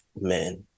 men